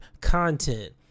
content